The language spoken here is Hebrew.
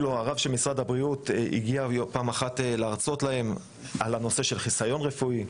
הרב של משרד הבריאות הגיע פעם אחת להרצות להן על נושא החיסיון הרפואי,